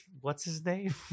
what's-his-name